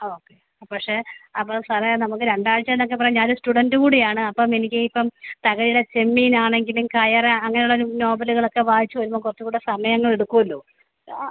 അ okay പക്ഷേ അപ്പോൾ സാറേ നമുക്ക് രണ്ടാഴ്ച എന്നൊക്കെ പറഞ്ഞാൽ ഞാനൊരു സ്റ്റുഡൻറ്റ് കൂടിയാണ് അപ്പം എനിക്കിപ്പം തകഴീടെ ചെമ്മീനാണെങ്കിലും കയറ് അങ്ങനുള്ള നോവലുകളൊക്കെ വായിച്ച് വരുമ്പം കുറച്ച് കൂടെ സമയങ്ങൾ എടുക്കാമല്ലോ ആ